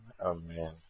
amen